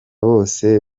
bose